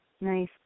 Nice